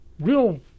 real